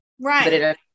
Right